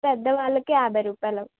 పెద్ద వాళ్ళకి యాభై రూపాయలు